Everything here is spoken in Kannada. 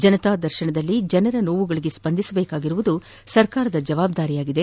ಜನತಾ ದರ್ಶನದಲ್ಲಿ ಜನರ ನೋವುಗಳಿಗೆ ಸ್ವಂದಿಸಬೇಕಾಗಿರುವುದು ಸರ್ಕಾರದ ಜವಾಬ್ದಾರಿಯಾಗಿದೆ